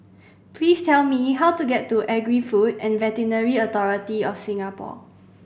please tell me how to get to Agri Food and Veterinary Authority of Singapore